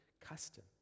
custom